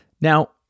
Now